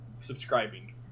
subscribing